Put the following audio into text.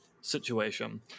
situation